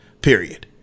period